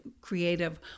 creative